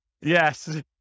Yes